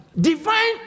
Divine